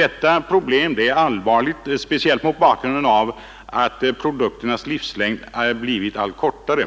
Detta problem är allvarligt, speciellt mot bakgrunden av att produkternas livslängd blivit allt kortare.